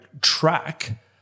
track